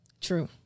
True